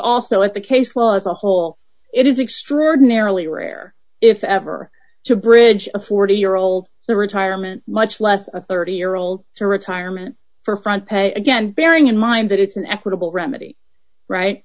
also at the case law as a whole it is extraordinarily rare if ever to bridge a forty year old the retirement much less a thirty year old to retirement for front pay again bearing in mind that it's an equitable remedy right